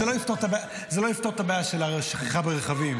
זה לא יפתור את הבעיה של שכחה ברכבים.